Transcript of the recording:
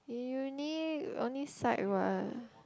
uni only side what